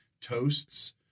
toasts